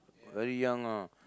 very young ah